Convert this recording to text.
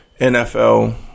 NFL